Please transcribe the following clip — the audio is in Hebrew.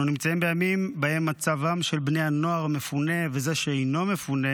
אנחנו נמצאים בימים בהם מצבם של בני הנוער המפונה וזה שאינו מפונה